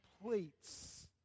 completes